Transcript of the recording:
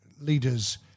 leaders